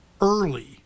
early